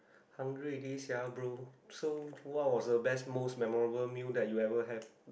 hungry already sia bro so what was the best most memorable meal that you ever have